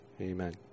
Amen